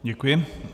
Děkuji.